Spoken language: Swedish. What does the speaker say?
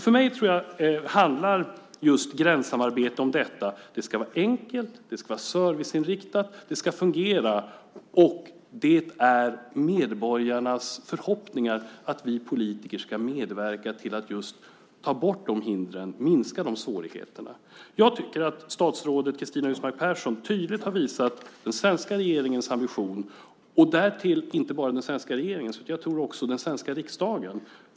För mig tror jag att gränssamarbete handlar just om detta. Det ska vara enkelt. Det ska vara serviceinriktat. Det ska fungera. Det är medborgarnas förhoppning att vi politiker ska medverka till att ta bort dessa hinder, minska dessa svårigheter. Jag tycker att statsrådet Cristina Husmark Pehrsson tydligt har visat den svenska regeringens ambition - och därtill inte bara den svenska regeringens utan också, tror jag den svenska riksdagens.